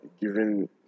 given